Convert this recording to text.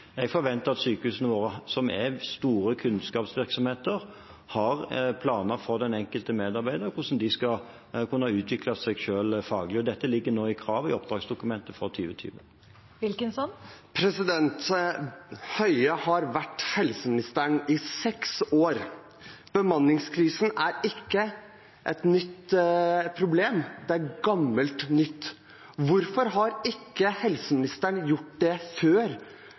planer for den enkelte medarbeider og hvordan de skal kunne utvikle seg selv faglig. Dette ligger nå inne i kravene i oppdragsdokumentet for 2020. Nicholas Wilkinson – til oppfølgingsspørsmål. Høie har vært helseminister i seks år. Bemanningskrisen er ikke et nytt problem, det er gammelt nytt. Hvorfor har ikke helseministeren gjort før det han nå sier han vil gjøre, sende brev til sykehusene? Hvorfor har ikke helseministeren gjort det før?